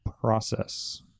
process